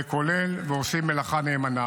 כולל, ועושים מלאכה נאמנה.